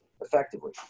effectively